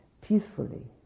peacefully